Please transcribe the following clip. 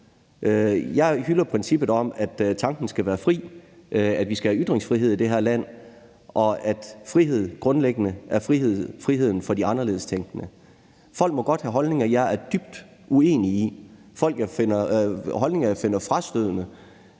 Jeg hylder princippet om, at tanken skal være fri, at vi skal have ytringsfrihed i det her land, og at frihed grundlæggende er friheden for de anderledestænkende. Folk må godt have holdninger, jeg er dybt uenig i, og holdninger, jeg finder frastødende.